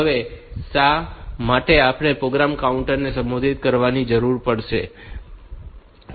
હવે શા માટે આપણે પ્રોગ્રામ કાઉન્ટર ને સંશોધિત કરવાની જરૂર પડી શકે છે